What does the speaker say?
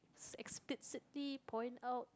explicitly point out